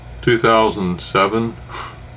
2007